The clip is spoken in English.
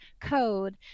code